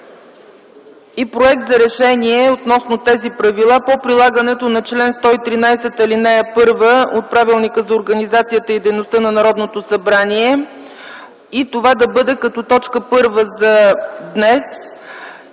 и проект за решение относно тези правила по прилагането на чл. 113, ал. 1 от Правилника за организацията и дейността на Народното събрание и това да бъде като точка първа за днес.